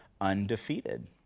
undefeated